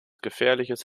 gefährliches